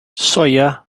soia